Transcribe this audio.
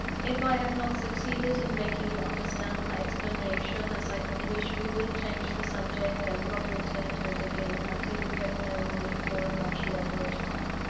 if i have not succeeded in making you understand my explanation as i could wish, we will change the subject, and not return to it again, until you have known me for a much longer time.